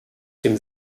dem